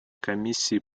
комиссии